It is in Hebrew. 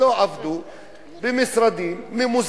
ולא עבדו,